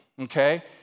okay